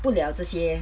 不聊这些